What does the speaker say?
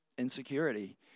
insecurity